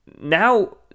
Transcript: now